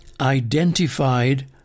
identified